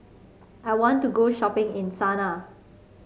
I want to go shopping in Sanaa